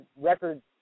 records